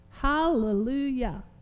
Hallelujah